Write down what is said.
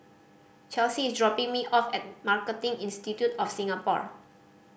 Chelsy is dropping me off at Marketing Institute of Singapore